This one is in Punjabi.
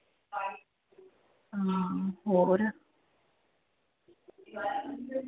ਹੋਰ